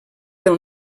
del